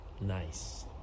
Nice